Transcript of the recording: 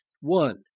One